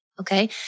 Okay